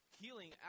Healing